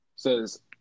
says